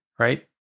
right